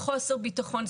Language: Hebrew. חוסר בטחון,